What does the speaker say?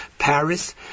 Paris